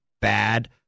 bad